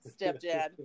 stepdad